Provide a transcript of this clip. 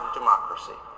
democracy